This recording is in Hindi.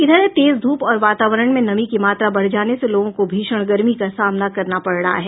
इधर तेज धूप और वातावरण में नमी की मात्रा बढ़ जाने से लोगों को भीषण गर्मी का सामना करना पड़ रहा है